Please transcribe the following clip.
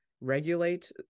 regulate